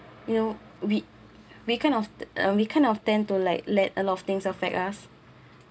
you know we we kind of um we kind of tend to like let a lot of things affect us